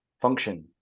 function